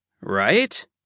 Right